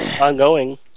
ongoing